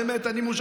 באמת אני מאושר,